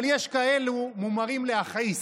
אבל יש כאלו מומרים להכעיס.